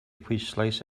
pwyslais